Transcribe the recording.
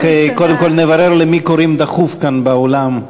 קודם כול נברר למי קוראים דחוף כאן באולם.